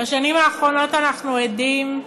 בשנים האחרונות אנחנו עדים,